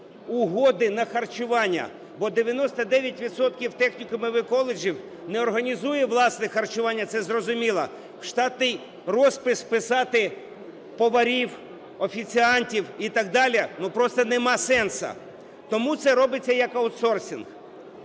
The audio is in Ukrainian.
угоди на харчування, бо 99 відсотків технікумів і коледжів не організує власне харчування – це зрозуміло, в штатний розпис вписати поварів, офіціантів і так далі, ну, просто нема сенсу, тому це робиться як аутсорсинг.